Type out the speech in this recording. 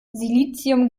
silizium